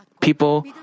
people